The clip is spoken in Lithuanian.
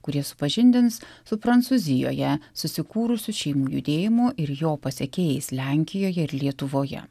kurie supažindins su prancūzijoje susikūrusių šeimų judėjimo ir jo pasekėjais lenkijoje ir lietuvoje